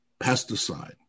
pesticide